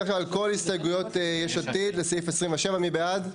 כל הסתייגויות יש עתיד לסעיף 27. מי בעד?